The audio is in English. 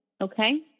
okay